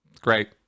Great